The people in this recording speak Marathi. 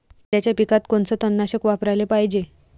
कांद्याच्या पिकात कोनचं तननाशक वापराले पायजे?